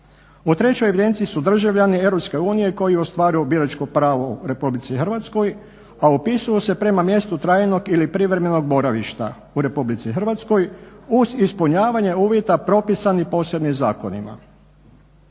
U trećoj evidenciji su državljani EU koji ostvaruju biračko pravo u RH, a upisuju se prema mjestu trajnog ili privremenog boravišta u RH uz ispunjavanje uvjeta propisanih posebnim zakonima.